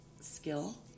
skill